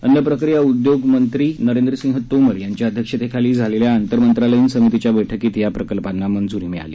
अन्न प्रक्रिया उद्योग उद्योगमंत्री नरेंद्रसिंह तोमर यांच्या अध्यक्षतेखाली झालेल्या आंतरमंत्रालयीन समितीच्या बठकीत या प्रकल्पांना मंज्री मिळाली